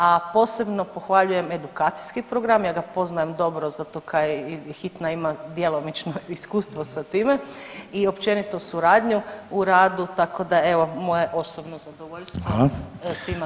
A posebno pohvaljujem edukacijski program, ja ga poznajem dobro zato kaj hitna ima djelomično iskustvo sa time i općenito suradnju u radu, tako da evo moje osobno zadovoljstvo [[Upadica Reiner: Hvala.]] svima koji tamo rade.